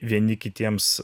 vieni kitiems